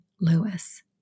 Lewis